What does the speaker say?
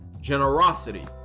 generosity